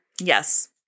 Yes